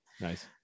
Nice